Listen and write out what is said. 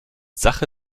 sache